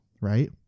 right